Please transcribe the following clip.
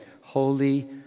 holy